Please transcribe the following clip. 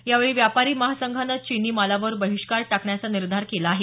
यावेळी व्यापारी महासंघानं चिनी माला वर बहिष्कार टाकण्याचा निर्धार केला आहे